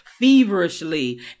feverishly